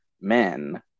men